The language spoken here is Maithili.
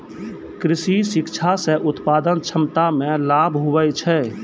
कृषि शिक्षा से उत्पादन क्षमता मे लाभ हुवै छै